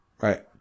Right